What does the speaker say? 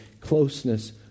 closeness